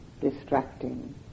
distracting